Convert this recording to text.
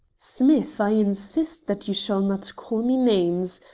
smith, i insist that you shall not call me names.